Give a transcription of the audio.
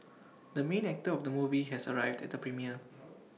the main actor of the movie has arrived at the premiere